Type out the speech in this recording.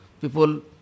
People